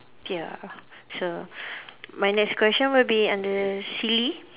ya so my next question would be under silly